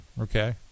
Okay